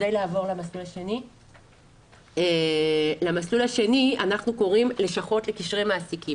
למסלול זה אנחנו קוראים "לשכות לקשרי מעסיקים".